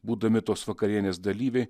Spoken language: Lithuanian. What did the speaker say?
būdami tos vakarienės dalyviai